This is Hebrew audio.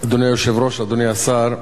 אדוני היושב-ראש, אדוני השר,